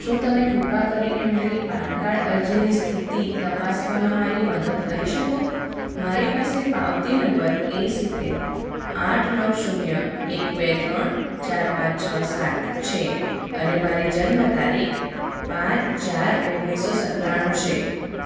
શું તમે કૃપા કરીને મારી પાનકાર્ડ અરજીની સ્થિતિ તપાસવામાં મારી મદદ કરી શકો મારી પાસે પાવતી નંબર એસીકે આઠ નવ શૂન્ય એક બે ત્રણ ચાર પાંચ છ સાત છે અને મારી જન્મતારીખ પાંચ ચાર ઓગણી સો સત્તાણું છે